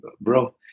Bro